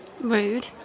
Rude